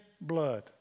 blood